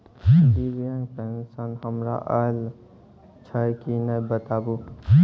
दिव्यांग पेंशन हमर आयल छै कि नैय बताबू?